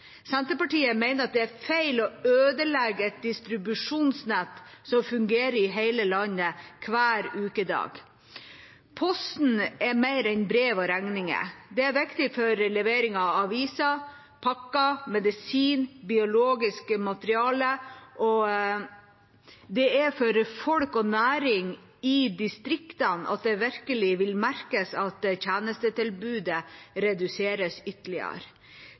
Senterpartiet mener det er feil å ødelegge et distribusjonsnett som fungerer i hele landet hver ukedag. Posten er mer enn brev og regninger. Den er viktig for levering av aviser, pakker, medisin og biologisk materiale, og det er for folk og næringer i distriktene det virkelig vil merkes at tjenestetilbudet reduseres ytterligere.